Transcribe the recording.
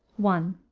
one.